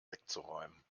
wegzuräumen